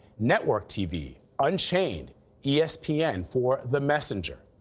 network tv unchained yeah espn yeah and for the messenger.